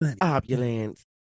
Opulence